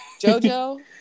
Jojo